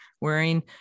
wearing